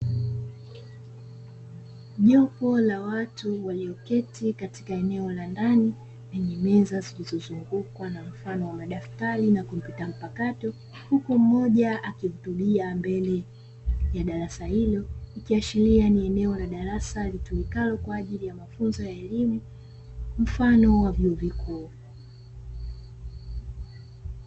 Jopo la watu waliketi katika eneo la ndani lenye meza zilizo zunguka nna mfano wa madafutari na kompyuta mpakayo huku moja akihutubia mbele ya darasa hilo, ikiashiria ni eneo la darasa litumikalo kwajili ya mafunzo ya elimu mfano wa vyuo vikuu.